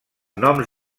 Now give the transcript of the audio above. noms